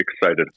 excited